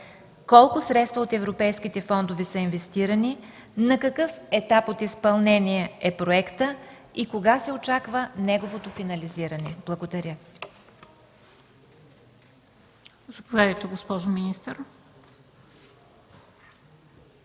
колко средства от европейските фондове са инвестирани, на какъв етап от изпълнението е проектът и кога се очаква неговото финализиране? Благодаря.